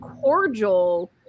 cordial